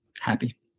happy